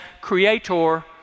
creator